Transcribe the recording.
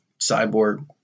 Cyborg